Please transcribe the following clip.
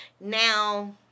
Now